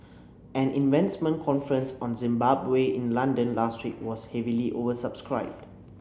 an investment conference on Zimbabwe in London last week was heavily oversubscribed